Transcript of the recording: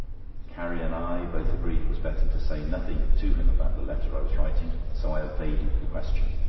carrie and i both agreed it was better to say nothing to him about the letter i was writing, so i evaded the question.